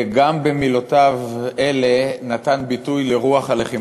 גם במילותיו אלה נתן ביטוי לרוח הלחימה.